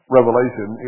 Revelation